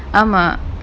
ஆமா:aamaa